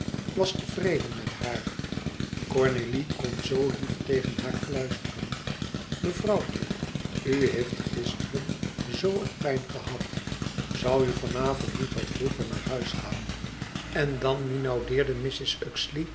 was tevreden met haar cornélie kon zoo lief tegen haar fluisteren mevrouwtje u heeft gisteren zoo een pijn gehad zoû u van avond niet wat vroeger naar huis gaan en dan minaudeerde mrs